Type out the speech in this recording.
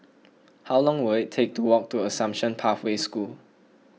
how long will take to walk to Assumption Pathway School